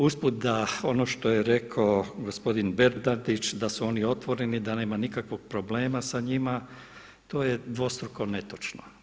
Usput da ono što je rekao gospodin Bernardić da su oni otvoreni, da nema nikakvog problema sa njima, to je dvostruko netočno.